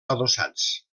adossats